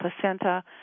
placenta